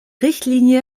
richtlinie